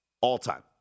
all-time